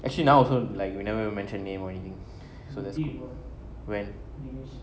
actually now also like you never mention name or anything so that's when